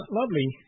lovely